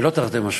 לא תרתי משמע,